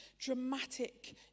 dramatic